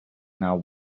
now